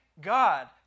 god